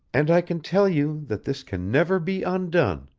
and i can tell you that this can never be undone.